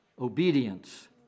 Obedience